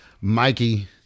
Mikey